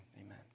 Amen